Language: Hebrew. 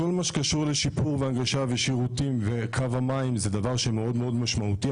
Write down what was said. כל מה שקשור לשיפור והנגשה ושירותים וקו המים זה דבר שהוא מאוד משמעותי.